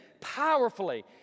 powerfully